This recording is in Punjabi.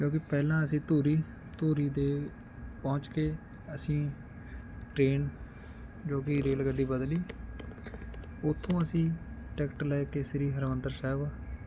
ਕਿਉਂਕਿ ਪਹਿਲਾਂ ਅਸੀਂ ਧੂਰੀ ਧੂਰੀ 'ਤੇ ਪਹੁੰਚ ਕੇ ਅਸੀਂ ਟਰੇਨ ਜੋ ਕਿ ਰੇਲ ਗੱਡੀ ਬਦਲੀ ਉਥੋਂ ਅਸੀਂ ਟਿਕਟ ਲੈ ਕੇ ਸ਼੍ਰੀ ਹਰਿਮੰਦਰ ਸਾਹਿਬ